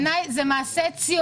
גדולה בנגב זה מעשה ציוני.